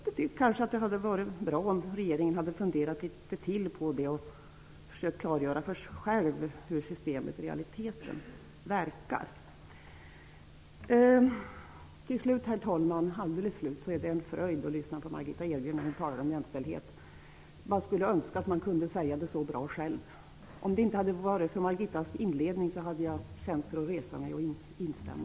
Vi tycker att det hade varit bra om regeringen funderat litet till på det och försökt klargöra för sig själv hur systemet i realiteten verkar. Till slut, herr talman, är det en fröjd att lyssna på Margitta Edgren när hon talar om jämställdhet. Man skulle önska att man kunde säga det så bra själv. Om det inte hade varit för hennes inledning så hade jag känt för att resa mig och instämma.